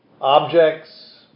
objects